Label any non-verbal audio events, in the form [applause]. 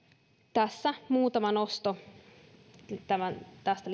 tässä muutama nosto tästä [unintelligible]